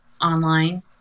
online